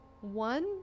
one